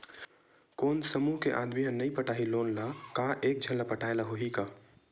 कोन समूह के आदमी हा नई पटाही लोन ला का एक झन ला पटाय ला होही का?